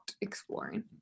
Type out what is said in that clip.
exploring